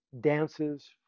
dances